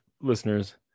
listeners